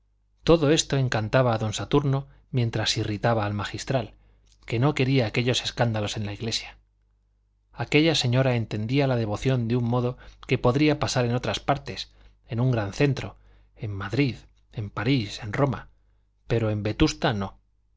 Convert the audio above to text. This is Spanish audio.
todo esto encantaba a don saturno mientras irritaba al magistral que no quería aquellos escándalos en la iglesia aquella señora entendía la devoción de un modo que podría pasar en otras partes en un gran centro en madrid en parís en roma pero en vetusta no